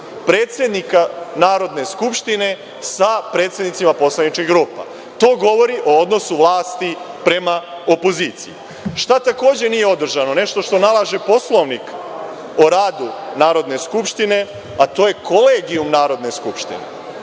predsednika Narodne skupštine sa predsednicima poslaničkih grupa. To govori o odnosu vlasti prema opoziciji. Šta takođe nije održano, nešto što nalaže Poslovnik o radu Narodne skupštine? To je kolegijum Narodne skupštine.